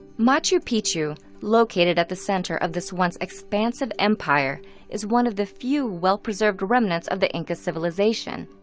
machu picchu located at the center of this once expansive empire is one of the few well-preserved remnants of the inca civilization.